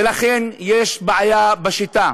ולכן, יש בעיה בשיטה.